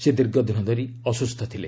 ସେ ଦୀର୍ଘଦିନ ଧରି ଅସ୍ତୁସ୍ଥ ଥିଲେ